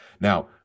Now